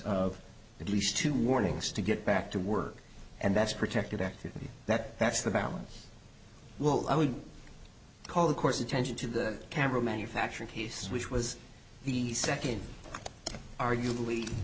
of at least two warnings to get back to work and that's protected activity that that's the balance well i would call of course attention to the camera manufacturing case which was the second arguably